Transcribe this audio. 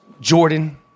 jordan